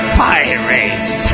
pirates